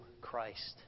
Christ